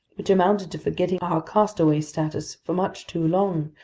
which amounted to forgetting our castaway status for much too long,